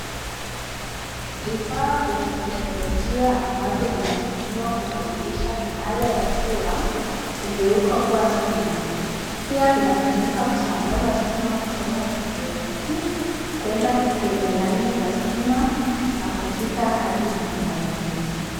Vifaa vya kiteknolojia ambavyo vinatumiwa kubadilisha miyale ya jua kugeuka kuwa stima. Pia vinatumika kusambaza stima kutoka kituo kikuu kwenda kwenye laini za stima na kufika hadi manyumbani yetu.